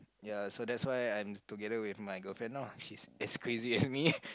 ya so that's why I'm together with my girlfriend loh she's as crazy as me